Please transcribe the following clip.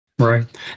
Right